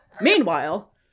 Meanwhile